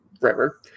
River